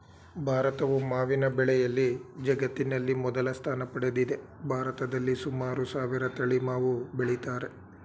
ಭಾರತವು ಮಾವಿನ ಬೆಳೆಯಲ್ಲಿ ಜಗತ್ತಿನಲ್ಲಿ ಮೊದಲ ಸ್ಥಾನ ಪಡೆದಿದೆ ಭಾರತದಲ್ಲಿ ಸುಮಾರು ಸಾವಿರ ತಳಿ ಮಾವು ಬೆಳಿತಾರೆ